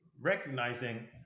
recognizing